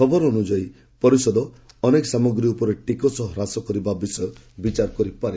ଖବର ଅନୁସାରେ ପରିଷଦ ଅନେକ ସାମଗ୍ରୀ ଉପରେ ଟିକସ ହ୍ରାସ କରିବା ବିଷୟ ବିଚାର କରିପାରେ